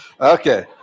Okay